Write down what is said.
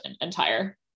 entire